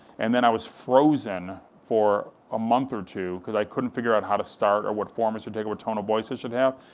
and then i was frozen for ah month or two, cause i couldn't figure out how to start, or what form it should take, or what tone of voice it should have.